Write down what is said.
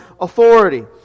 authority